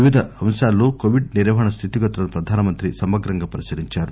వివిధ అంశాల్లో కొవిడ్ నిర్వహణ స్థితిగతులను ప్రధాన మంత్రి సమగ్రంగా పరిశీలించారు